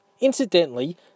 Incidentally